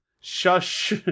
Shush